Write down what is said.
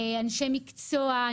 אנשי מקצוע,